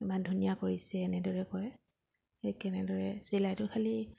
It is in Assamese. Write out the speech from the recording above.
ইমান ধুনীয়া কৰিছে এনেদৰে কয় সেই তেনেদৰে চিলাইটো খালী